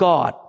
God